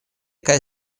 kaj